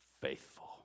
faithful